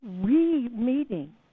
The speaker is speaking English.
re-meeting